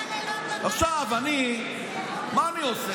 עכשיו, מה אני עושה?